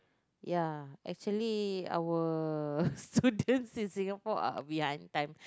ya actually our student in Singapore are behind time